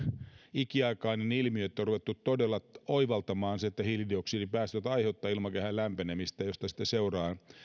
ikiaikainen ilmiö että on ruvettu todella oivaltamaan se että hiilidioksidipäästöt aiheuttavat ilmakehän lämpenemistä josta sitten seuraavat